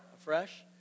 afresh